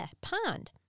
pond